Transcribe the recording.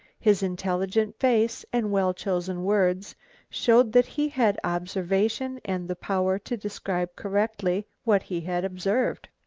his intelligent face and well-chosen words showed that he had observation and the power to describe correctly what he had observed.